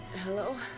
Hello